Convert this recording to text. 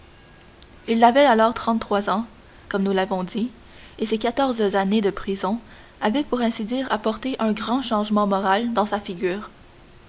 il avait alors trente-trois ans comme nous l'avons dit et ces quatorze années de prison avaient pour ainsi dire apporté un grand changement moral dans sa figure